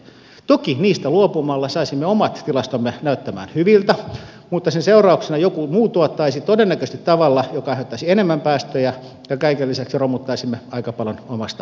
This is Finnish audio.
toki niistä luopumalla saisimme omat tilastomme näyttämään hyviltä mutta sen seurauksena joku muu tuottaisi todennäköisesti tavalla joka aiheuttaisi enemmän päästöjä ja kaiken lisäksi romuttaisimme aika paljon omasta kansantaloudestamme